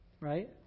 right